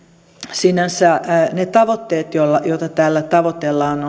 sinänsä ne tavoitteet joita tällä tavoitellaan